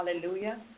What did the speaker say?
Hallelujah